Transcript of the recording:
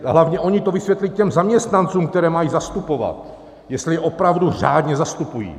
A hlavně oni to vysvětlí těm zaměstnancům, které mají zastupovat, jestli je opravdu řádně zastupují.